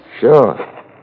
Sure